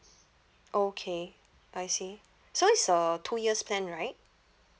okay I see so it's a two years plan right